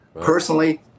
Personally